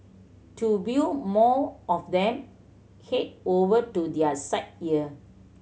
to view more of them head over to their site here